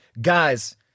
guys